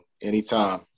anytime